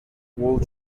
world